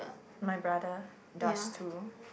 my brother does too